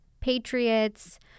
patriots